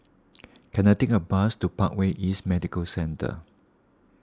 can I take a bus to Parkway East Medical Centre